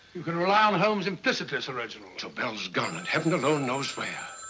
you can rely on holmes implicitly, sir reginald. tobel is gone and heaven alone knows where.